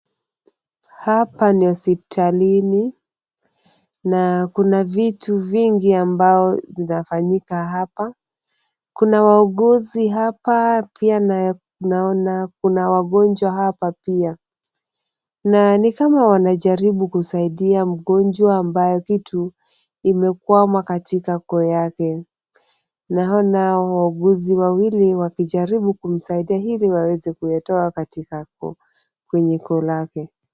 Hapa ni hospitalini na kuna vitu vingi ambao zinafanyika hapa. Kuna wauguzi hapa pia naona kuna wagonjwa hapa pia na ni kama wanajaribu kusaidia mgonjwa ambayo kitu imekwama katika koo yake. Naona wauguzi wawili wakijaribu kumsaidia ili waweze kuyatoa kwenye koo lake.